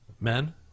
Men